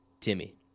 Timmy